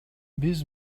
биз